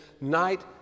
night